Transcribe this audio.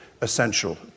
essential